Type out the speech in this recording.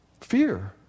fear